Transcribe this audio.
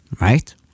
Right